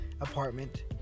apartment